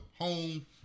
home